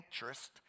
interest